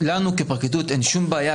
אני אומר שלנו כפרקליטות אין שום בעיה,